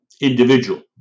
individual